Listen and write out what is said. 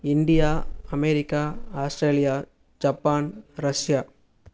India America Australia Japan Russia